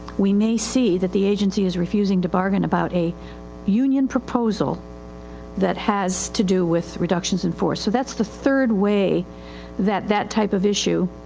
we may see that the agency is refusing to bargain about a union proposal that has to do with reductions in force. so thatis the third way that that type of issue,